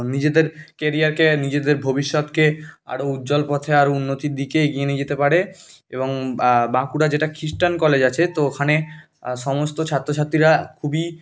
নিজেদের কেরিয়ারকে নিজেদের ভবিষ্যৎকে আরও উজ্জ্বল পথে আরও উন্নতির দিকে এগিয়ে নিয়ে যেতে পারে এবং বাঁকুড়া যেটা খ্রিস্টান কলেজ আছে তো ওখানে সমস্ত ছাত্র ছাত্রীরা খুবই